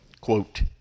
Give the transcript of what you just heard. Quote